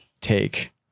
take